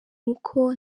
uko